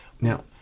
Now